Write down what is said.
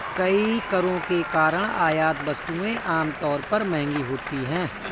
कई करों के कारण आयात वस्तुएं आमतौर पर महंगी होती हैं